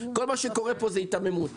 כל מה שקורה פה זה התמימות,